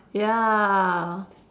ya